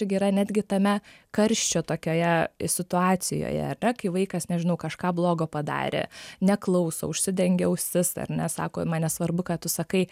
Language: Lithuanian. irgi yra netgi tame karščio tokioje situacijoje ar ne kai vaikas nežinau kažką blogo padarė neklauso užsidengia ausis ar ne sako man nesvarbu ką tu sakai